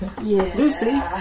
Lucy